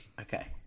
okay